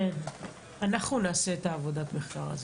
אנחנו נעשה את עבודת המחקר הזאת.